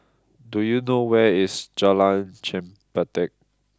do you know where is Jalan Chempedak